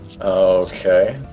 Okay